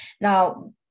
Now